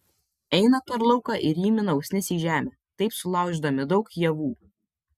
eina per lauką ir įmina usnis į žemę taip sulaužydami daug javų